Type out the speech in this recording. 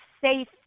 safe